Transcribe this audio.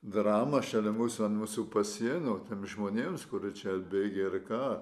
drama šalia mūsų ant mūsų pasenio tiems žmonėms kurie čia atbėgę ir ką